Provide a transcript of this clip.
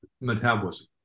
metabolism